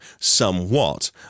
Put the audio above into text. somewhat